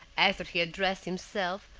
after he had dressed himself,